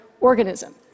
organism